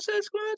Squad